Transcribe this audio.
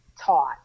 taught